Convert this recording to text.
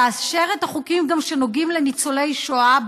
לאשר את החוקים שנוגעים לניצולי שואה,